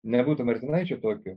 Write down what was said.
nebūtų martinaičio tokio